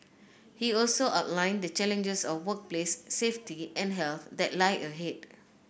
he also outlined the challenges of workplace safety and health that lie ahead